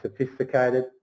sophisticated